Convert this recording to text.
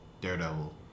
daredevil